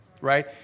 Right